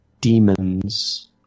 demons